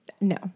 No